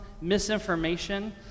misinformation